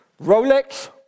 Rolex